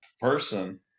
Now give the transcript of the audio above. person